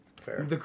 fair